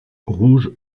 rouge